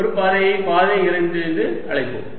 ஒரு பாதையை பாதை 2 என்று அழைப்போம்